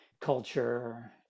culture